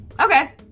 Okay